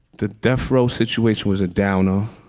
the death row situation was a downer,